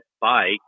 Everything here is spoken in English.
bike